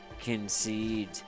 concede